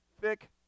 thick